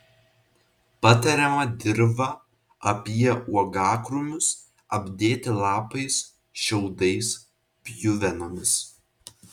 patariama dirvą apie uogakrūmius apdėti lapais šiaudais pjuvenomis